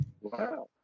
Wow